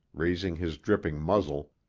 raising his dripping muzzle,